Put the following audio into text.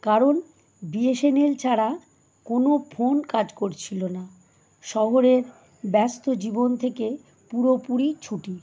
কারণ বিএসএনএল ছাড়া কোনো ফোন কাজ করছিল না শহরের ব্যস্ত জীবন থেকে পুরোপুরি ছুটি